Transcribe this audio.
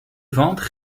ventes